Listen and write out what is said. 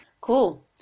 Cool